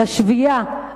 לשביעייה,